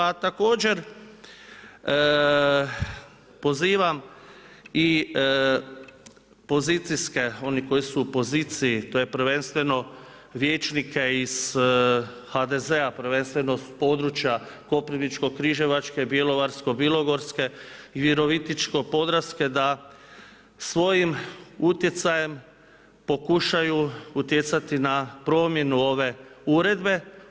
A također pozivam i pozicijske, one koji su u poziciji, to je prvenstveno vijećnike iz HDZ-a prvenstveno s područja Koprivničko-križevačke, Bjelovarsko-bilogorske i Virovitičko-podravske da svojim utjecajem pokušaju utjecati na promjenu ove uredbe.